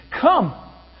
Come